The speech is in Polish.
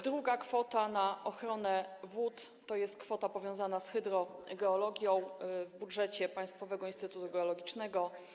Druga kwota na ochronę wód to kwota powiązana z hydrogeologią w budżecie Państwowego Instytutu Geologicznego.